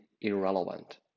irrelevant